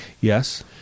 Yes